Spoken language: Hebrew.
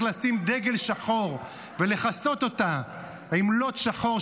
לשים דגל שחור ולכסות אותה עם לוט שחור,